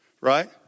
right